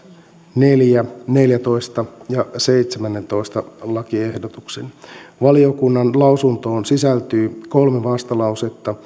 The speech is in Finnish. neljä neljästoista ja seitsemännentoista lakiehdotuksen valiokunnan lausuntoon sisältyy kolme vastalausetta